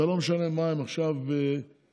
ולא משנה מה הם עכשיו עושים,